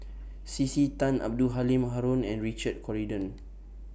C C Tan Abdul Halim Haron and Richard Corridon